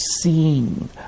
seeing